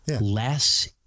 Less